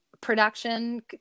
production